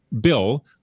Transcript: bill